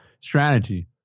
Strategy